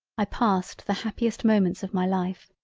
i passed the happiest moments of my life